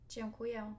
Dziękuję